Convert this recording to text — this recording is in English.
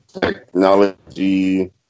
technology